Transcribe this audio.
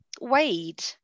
Wade